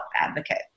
advocate